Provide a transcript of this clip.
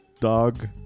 Dog